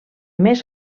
més